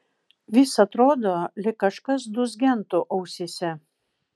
vis atrodo lyg kažkas dūzgentų ausyse